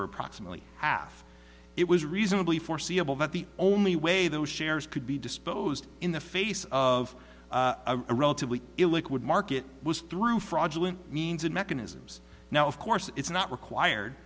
were approximately half it was reasonably foreseeable that the only way those shares could be disposed in the face of a relatively illiquid market was through fraudulent means of mechanisms now of course it's not required